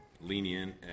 lenient